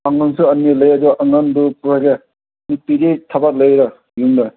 ꯑꯉꯥꯡꯁꯨ ꯑꯅꯤ ꯂꯩ ꯑꯗꯨ ꯑꯉꯥꯡꯗꯨ ꯄꯨꯔꯒꯦ ꯅꯨꯄꯤꯗꯤ ꯊꯕꯛ ꯂꯩꯗ ꯌꯨꯝꯗ